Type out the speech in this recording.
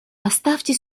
оставьте